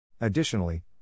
Additionally